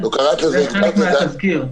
זה חלק מהתזכיר.